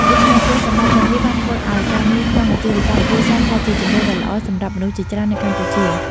ដូច្នេះ គុណសម្បត្តិទាំងនេះបានធ្វើឱ្យការងារក្នុងអាជីវកម្មគ្រួសារក្លាយជាជម្រើសដ៏ល្អសម្រាប់មនុស្សជាច្រើននៅកម្ពុជា។